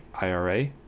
IRA